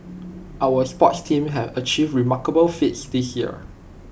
our sports teams have achieved remarkable feats this year